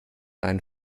einen